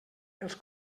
els